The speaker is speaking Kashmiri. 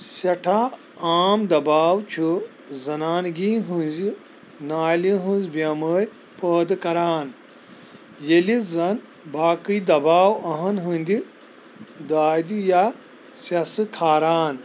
سٮ۪ٹھاہ عام دباو چھُ زنانگی ہنزِ نالہِ ہنز بیٚمٲرۍ پٲدٕ كران ،ییلہِ زن باقی دباون ہندِ دٲدِ یا سیسہٕ كھاران